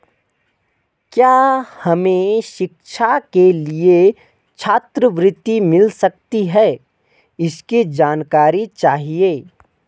क्या हमें शिक्षा के लिए छात्रवृत्ति मिल सकती है इसकी जानकारी चाहिए?